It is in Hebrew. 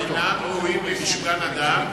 אינם ראויים למשכן אדם.